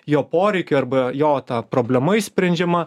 jo poreikiui arba jo ta problema išsprendžiama